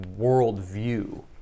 worldview